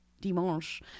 Dimanche